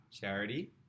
charity